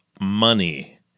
money